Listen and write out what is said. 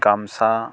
गामसा